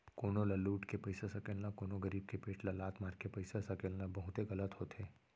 कोनो ल लुट के पइसा सकेलना, कोनो गरीब के पेट ल लात मारके पइसा सकेलना बहुते गलत होथे